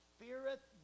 feareth